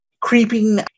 creeping